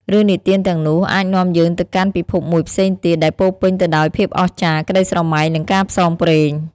រឿងនិទានទាំងនោះអាចនាំយើងទៅកាន់ពិភពមួយផ្សេងទៀត ដែលពោរពេញទៅដោយភាពអស្ចារ្យ ក្ដីស្រមៃ និងការផ្សងព្រេង។